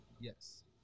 Yes